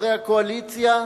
חברי הקואליציה,